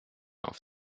auf